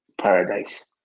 paradise